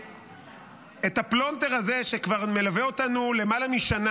שאת הפלונטר הזה שמלווה אותנו כבר למעלה משנה